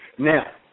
Now